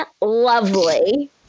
lovely